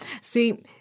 See